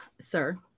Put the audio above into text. Sir